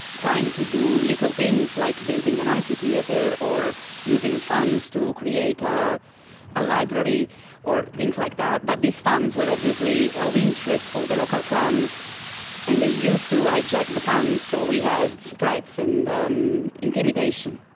trying to do little things like building an amphitheatre or using funds to create ah a library or things like that, but these funds were obviously of interest for the local clans and they used to hijack the funds, so we had threats and um intimidation.